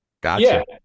Gotcha